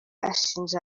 ashinja